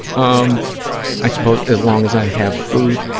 um i suppose, as long as i have food,